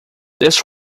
this